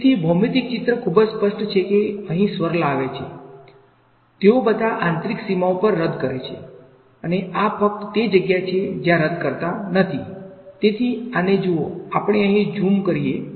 તેથી ભૌમિતિક ચિત્ર ખૂબ જ સ્પષ્ટ છે કે અહીં સ્વર્લ આવે છે તેઓ બધા આંતરિક સીમાઓ પર રદ કરે છે અને આ ફક્ત તે જ્ગ્યા છે જ્યા રદ કરતા નથી તેથી આને જુઓ આપણે અહીં ઝૂમ કરીએ